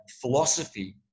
philosophy